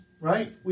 Right